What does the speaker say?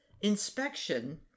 inspection